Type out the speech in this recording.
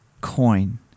coin